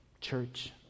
church